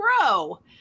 grow